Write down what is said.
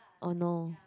oh no